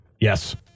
Yes